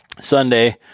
Sunday